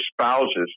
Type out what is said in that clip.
spouses